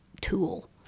Tool